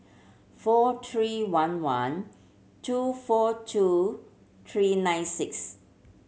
four three one one two four two three nine six